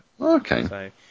Okay